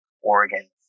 Oregon